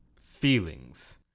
feelings